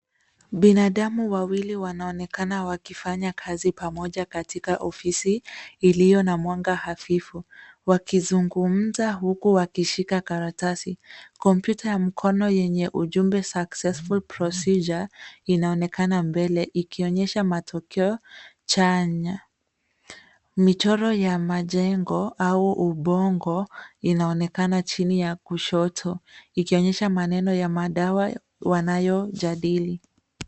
Binadamu wawili wanaonekana wakifanya kazi pamoja katika ofisi iliyo na mwanga hafifu, wakizungumza huku wakishika karatasi. Kompyuta ya mkono yenye ujumbe successful procedure inaonekana mbele ikionyesha matokeo chanya. Michoro ya majengo au ubongo, inaonekana chini ya kushoto, ikionyesha maneno ya madawa wanayojadili.